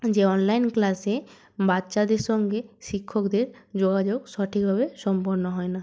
যে অনলাইন ক্লাসে বাচ্চাদের সঙ্গে শিক্ষকদের যোগাযোগ সঠিকভাবে সম্পন্ন হয় না